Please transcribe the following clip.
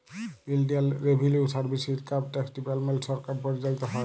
ইলডিয়াল revenue service, income tax department সরকার পরিচালিত হ্যয়